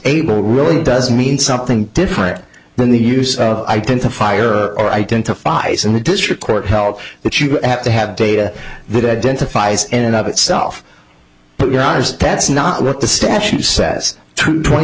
able really does mean something different than the use identifier or identifies and the district court held that you have to have data that identifies in and of itself that's not what the statute says twenty